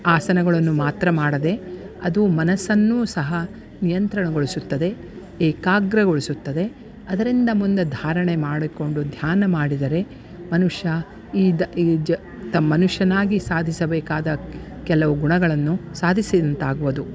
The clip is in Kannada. ಆಸನಗಳನ್ನು ಮಾತ್ರ ಮಾಡದೆ ಅದು ಮನಸ್ಸನ್ನೂ ಸಹ ನಿಯಂತ್ರಣಗೊಳಿಸುತ್ತದೆ ಏಕಾಗ್ರತೆಗೊಳಿಸುತ್ತದೆ ಅದರಿಂದ ಮುಂದೆ ಧಾರಣೆ ಮಾಡಿಕೊಂಡು ಧ್ಯಾನ ಮಾಡಿದರೆ ಮನುಷ್ಯ ಈದ ಈಜ್ ದ ಮನುಷ್ಯನಾಗಿ ಸಾಧಿಸಬೇಕಾದ ಕೆಲವು ಗುಣಗಳನ್ನು ಸಾಧಿಸಿದಂತಾಗುವದು